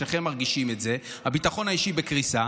שניכם מרגישים את זה, הביטחון האישי בקריסה.